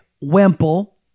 Wemple